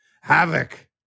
Havoc